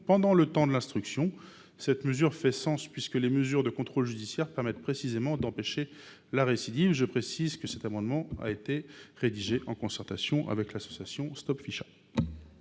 pendant le temps de l’instruction. Cette proposition fait sens, puisque les mesures de contrôle judiciaire permettent précisément d’empêcher la récidive. Je précise que cet amendement a été rédigé en concertation avec l’association StopFisha.